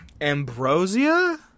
Ambrosia